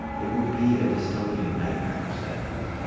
it would be a dystopian nightmare for stefanos.